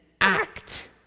act